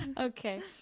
Okay